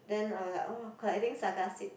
then I was like orh collecting saga seeds